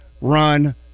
run